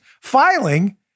filing